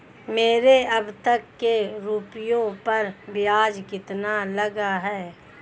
मेरे अब तक के रुपयों पर ब्याज कितना लगा है?